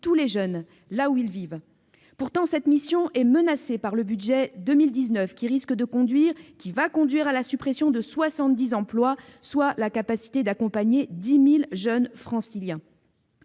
tous les jeunes, là où ils vivent. Pourtant, cette mission est menacée par le budget 2019, qui va conduire à la suppression de 70 emplois, soit la capacité d'accompagner 10 000 jeunes Franciliens.